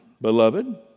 beloved